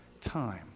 time